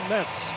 Mets